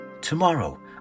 Tomorrow